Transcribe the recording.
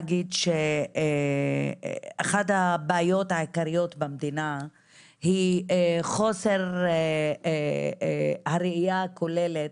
אחת הבעיות העיקריות במדינה היא חוסר הראייה הכוללת,